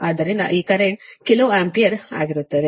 ಆದ್ದರಿಂದ ಈ current kilo ampere ಆಗಿರುತ್ತದೆ